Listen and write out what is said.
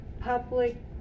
public